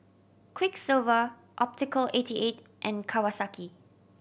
Quiksilver Optical eighty eight and Kawasaki